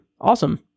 Awesome